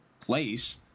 place